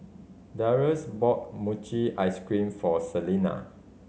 Darius bought mochi ice cream for Selina